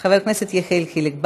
חבר הכנסת יחיאל חיליק בר,